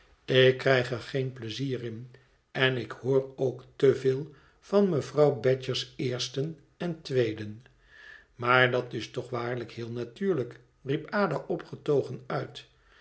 ik krijg er geen pleizier in en ik hoor ook te veel van mevrouw badger's eersten en tweeden maar dat is toch waarlijk heel natuurlijk riep ada opgetogen uit